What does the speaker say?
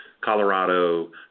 Colorado